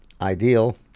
ideal